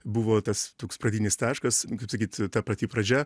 buvo tas toks pradinis taškas kaip sakyt ta pati pradžia